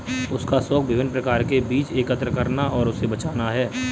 उसका शौक विभिन्न प्रकार के बीज एकत्र करना और उसे बचाना है